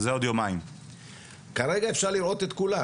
מבחינת האגודות,